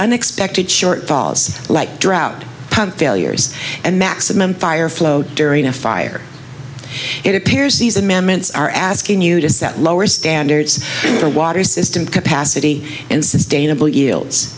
unexpected short falls like drought failures and maximum fire flow during a fire it appears these amendments are asking you to set lower standards for water system capacity and sustainable yields